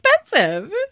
expensive